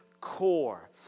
core